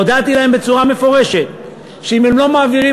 הודעתי להם בצורה מפורשת שאם הם לא מעבירים